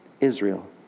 Israel